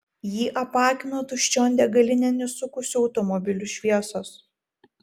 jį apakino tuščion degalinėn įsukusių automobilių šviesos